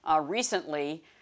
recently